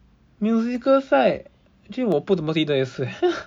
musical side actually 我不怎么记得也是耶